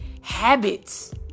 habits